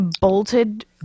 bolted